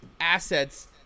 assets